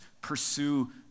pursue